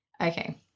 Okay